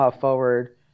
forward